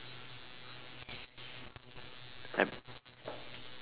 I